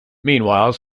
meanwhile